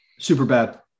Superbad